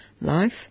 life